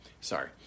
Sorry